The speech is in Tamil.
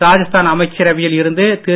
ராஜஸ்தான் அமைச்சரவையில் இருந்து திரு